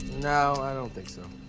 no, i don't think so.